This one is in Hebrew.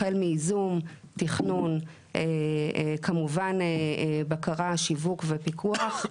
החל מייזום, תכנון, כמובן בקרה, שיווק ופיקוח,